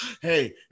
Hey